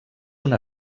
una